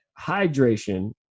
hydration